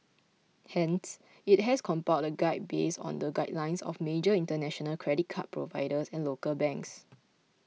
hence it has compiled a guide based on the guidelines of major international credit card providers and local banks